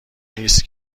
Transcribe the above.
نیست